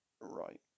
Right